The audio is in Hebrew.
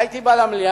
הייתי בא למליאה,